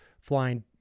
flying